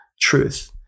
truth